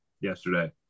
yesterday